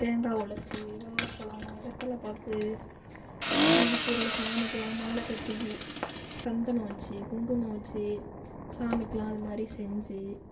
தேங்காய் உடச்சி வாழைப்பலோம் வெத்தலை பாக்கு இந்த மாதிரி பொருளை சாமிக்கெலாம் மாலை கட்டி சந்தனம் வெச்சு குங்குமம் வெச்சு சாமிக்கெலாம் அது மாதிரி செஞ்சு